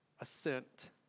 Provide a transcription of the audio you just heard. assent